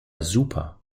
super